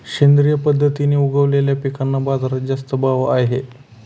सेंद्रिय पद्धतीने उगवलेल्या पिकांना बाजारात जास्त भाव आहे